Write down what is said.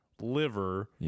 liver